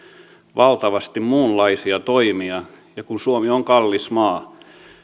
valtavasti muunlaisia toimia kun suomi on kallis maa